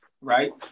right